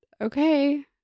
okay